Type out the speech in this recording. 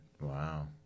Wow